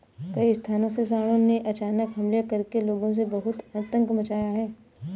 कई स्थानों में सांडों ने अचानक हमले करके लोगों में बहुत आतंक मचाया है